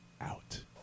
out